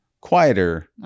quieter